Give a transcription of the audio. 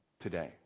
today